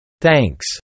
Thanks